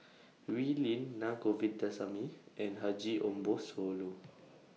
Wee Lin Na Govindasamy and Haji Ambo Sooloh